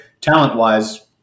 talent-wise